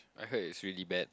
I heard it's really bad